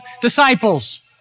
disciples